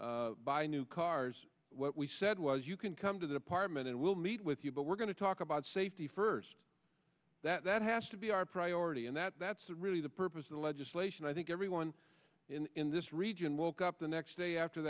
to buy new cars what we said was you can come to the department and we'll meet with you but we're going to talk about safety first that has to be our priority and that's really the purpose of the legislation i think everyone in this region woke up the next day after